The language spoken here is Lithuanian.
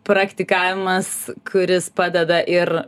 praktikavimas kuris padeda ir